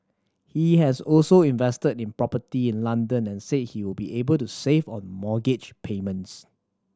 he has also invested in property in London and said he will be able to save on mortgage payments